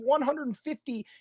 150